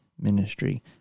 ministry